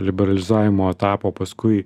liberalizavimo etapą paskui